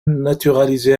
naturalisé